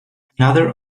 another